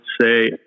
say